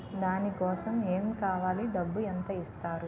దాని కోసం ఎమ్ కావాలి డబ్బు ఎంత ఇస్తారు?